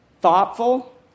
thoughtful